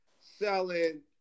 selling